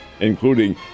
including